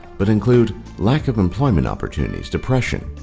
but include lack of employment opportunities, depression,